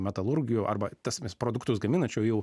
metalurgijų arba tas produktus gaminančių jau